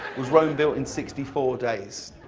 was rome built in sixty four days.